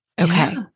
Okay